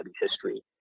history